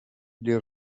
les